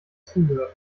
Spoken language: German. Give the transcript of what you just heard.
zuhört